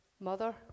mother